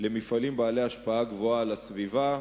למפעלים בעלי השפעה גבוהה על הסביבה,